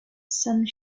some